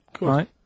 Right